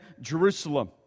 Jerusalem